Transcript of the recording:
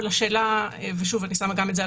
אבל השאלה ושוב אני שמה גם את זה על